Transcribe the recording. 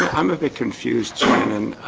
i'm a bit confused twin and